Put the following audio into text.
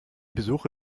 besuche